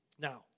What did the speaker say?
Now